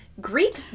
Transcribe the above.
Greek